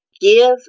give